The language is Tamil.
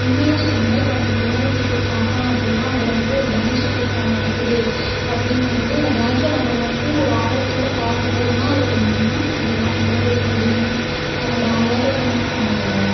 உண்மையாக சொல்லணும்டே இப்போ நம்ம ஒரு ரியாலிட்டி ஷோ பார்க்கறோம் அப்படின்னா அதில் வந்து ஒரு டேன்ஸ் ப்ரோக்ராம் நடக்குது அப்படிங்கம் போது அந்த டேன்ஸ்ஸை நம்ம வந்து ஒரு ஆர்வத்தோடு பார்க்கறோம் ஏன்னால் அதோட மூமென்ட்ஸ் இதோட அழகு வடிவம் அதோட அழகை வந் அந்த